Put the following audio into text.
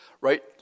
Right